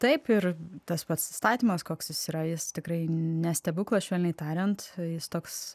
taip ir tas pats įstatymas koks jis yra jis tikrai ne stebuklas švelniai tariant jis toks